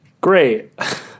great